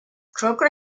croker